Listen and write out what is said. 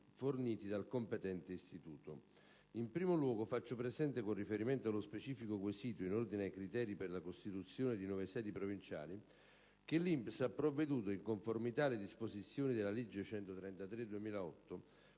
forniti dal competente Istituto. In primo luogo faccio presente, con riferimento allo specifico quesito in ordine ai criteri per la costituzione di nuove sedi provinciali, che l'INPS ha provveduto, in conformità alle disposizioni della legge n.